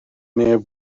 neb